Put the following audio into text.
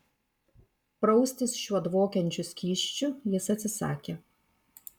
praustis šiuo dvokiančiu skysčiu jis atsisakė